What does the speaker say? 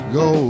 go